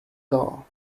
door